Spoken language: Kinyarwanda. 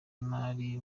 imari